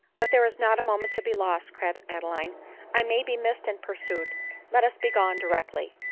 but there is not a moment to be lost, cried ade line i may be missed and pursued let us be gone directly.